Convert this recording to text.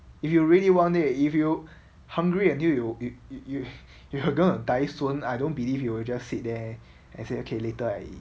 if you really want you if you hungry and you you you you you you are gonna die soon I don't believe you will just sit there and say okay later I